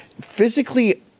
physically